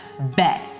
bet